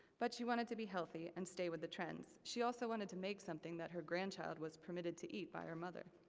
but she wanted to be healthy and stay with the trends. she also wanted to make something that her grandchild was permitted to eat by her mother.